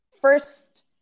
first